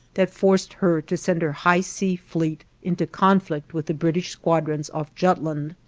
that forced her to send her high-sea fleet into conflict with the british squadrons off jutland.